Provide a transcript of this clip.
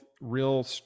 real